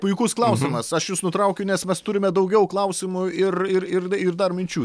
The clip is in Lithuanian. puikus klausimas aš jus nutraukiu nes mes turime daugiau klausimų ir ir ir ir dar minčių